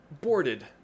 boarded